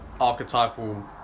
archetypal